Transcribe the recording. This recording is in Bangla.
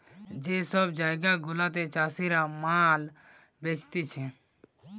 যে সব বাজার গুলাতে চাষীরা মাল বেচতিছে